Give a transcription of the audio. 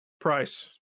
price